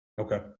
Okay